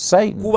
Satan